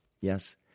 Yes